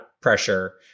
pressure